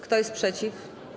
Kto jest przeciw?